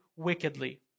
wickedly